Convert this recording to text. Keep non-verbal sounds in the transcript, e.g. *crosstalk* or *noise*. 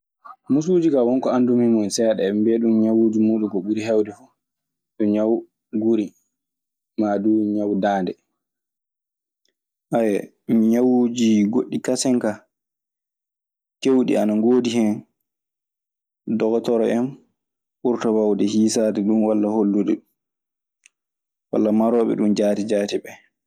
Musuuji ka wonko anndumi e mun seeda, eɓe mbiya ɗum ñawuuji muudun ko ɓuri hewde fuu yo ñaw guri ma duu ñaw daande. *hesitation* ñawuuji goɗɗi kasen kaa, keewɗi ana ngoodi hen. Docotoro en ɓurta waawde hiisaade ɗun walla hollude ɗun. Walla maroooɓe ɗun jaati jaati ɓee.